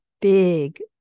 big